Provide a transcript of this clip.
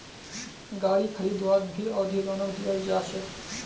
गारी खरीदवात भी अवधि लोनक दियाल जा छे